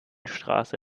straße